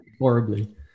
Horribly